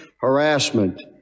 harassment